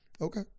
Okay